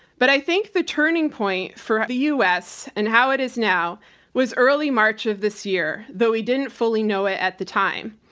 but i think the turning point for the u. s. and how it is now was early march of this year, though we didn't fully know it at the time.